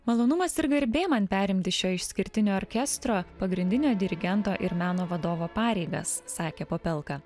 malonumas ir garbė man perimti šio išskirtinio orkestro pagrindinio dirigento ir meno vadovo pareigas sakė popelka